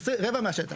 רבע מהשטח.